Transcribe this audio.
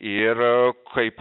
ir kaip